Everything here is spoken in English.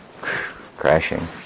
crashing